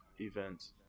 events